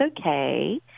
okay